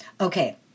Okay